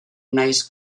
nahiz